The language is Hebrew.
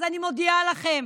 אז אני מודיעה לכם,